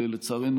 ולצערנו